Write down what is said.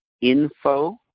info